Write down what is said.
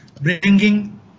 bringing